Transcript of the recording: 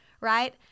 right